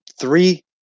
three